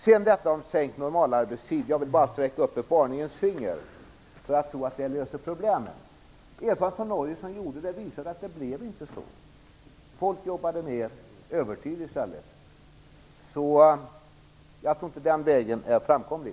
Jag vill sträcka upp ett varningens finger när det gäller sänkt normalarbetstid. Man skall inte tro att det löser problemet. Erfarenheter från Norge, som genomförde en sänkning, visade att det inte blev så. Folk jobbade mer övertid i stället. Jag tror inte att den vägen är framkomlig.